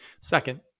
Second